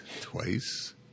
twice